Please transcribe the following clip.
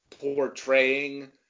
portraying